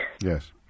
Yes